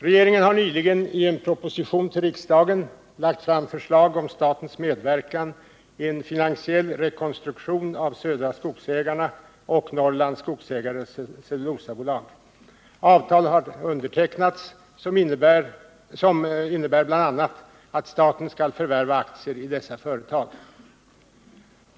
Regeringen har nyligen i en proposition till riksdagen lagt fram förslag om statens medverkan i en finansiell rekonstruktion av Södra Skogägarna AB och Norrlands Skogsägares Cellulosa AB. Avtal har undertecknats som innebär bl.a. att staten skall förvärva aktier i dessa företag.